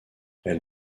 elle